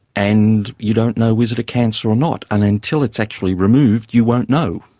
and you don't know is it a cancer or not. and until it's actually removed, you won't know.